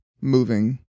moving